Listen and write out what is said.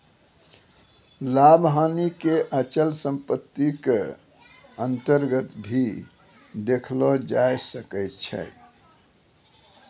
लाभ हानि क अचल सम्पत्ति क अन्तर्गत भी देखलो जाय सकै छै